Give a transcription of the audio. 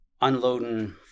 unloading